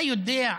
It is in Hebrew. אתה יודע,